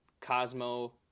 Cosmo